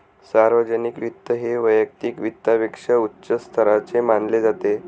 सार्वजनिक वित्त हे वैयक्तिक वित्तापेक्षा उच्च स्तराचे मानले जाते